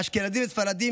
אשכנזים וספרדים,